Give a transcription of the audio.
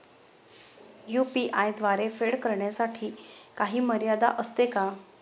UPI द्वारे फेड करण्यासाठी काही मर्यादा असते का?